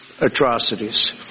atrocities